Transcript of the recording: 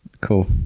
cool